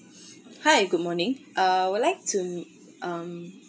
hi good morning uh I would like to um